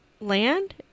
land